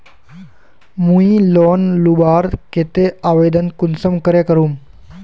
मुई लोन लुबार केते आवेदन कुंसम करे करूम?